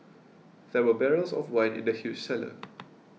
there were barrels of wine in the huge cellar